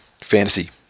fantasy